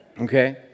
Okay